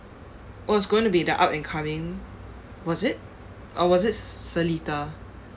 was going to be the up and coming was it or was it seletar